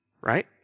Right